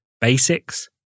basics